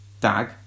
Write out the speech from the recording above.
dag